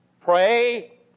Pray